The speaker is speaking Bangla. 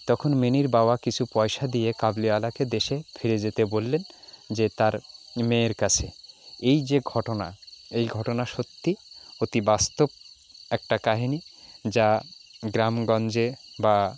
তখন মিনির বাবা কিছু পয়সা দিয়ে কাবুলিওয়ালাকে দেশে ফিরে যেতে বললেন যে তার মেয়ের কাছে এই যে ঘটনা এই ঘটনা সত্যি অতি বাস্তব একটা কাহিনি যা গ্রামগঞ্জে বা